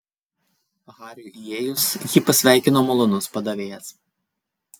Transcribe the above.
hariui įėjus jį pasveikino malonus padavėjas